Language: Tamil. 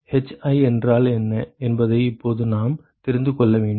hi என்றால் என்ன என்பதை இப்போது நாம் தெரிந்து கொள்ள வேண்டும்